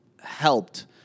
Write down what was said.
helped